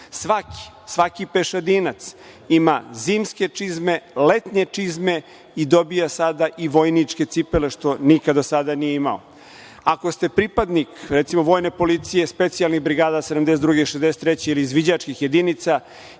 svaki. Svaki pešadinac ima zimske čizme, letnje čizme i dobija sada i vojničke cipele, što nikad do sada nije imao. Ako ste pripadnik, recimo, Vojne policije, specijalnih brigada 72, 63. ili izviđačkih jedinica